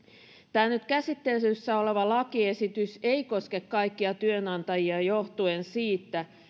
tämä nyt käsittelyssä oleva lakiesitys ei koske kaikkia työnantajia johtuen siitä